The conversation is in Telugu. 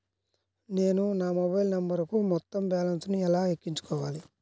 నేను నా మొబైల్ నంబరుకు మొత్తం బాలన్స్ ను ఎలా ఎక్కించుకోవాలి?